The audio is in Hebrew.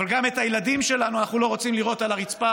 אבל גם את הילדים שלנו אנחנו לא רוצים לראות על הרצפה,